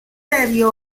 debió